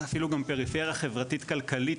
אפילו גם פריפריה חברתית-כלכלית,